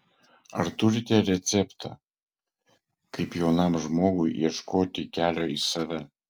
ar turite receptą kaip jaunam žmogui ieškoti kelio į save